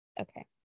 Okay